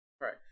Right